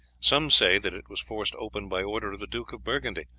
some say that it was forced open by order of the duke of burgundy,